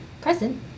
Present